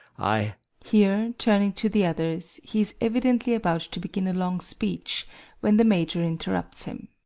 i here, turning to the others, he is evidently about to begin a long speech when the major interrupts him.